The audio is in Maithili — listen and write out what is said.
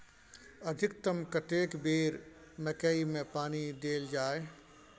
अधिकतम कतेक बेर मकई मे पानी देल जाय?